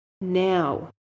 now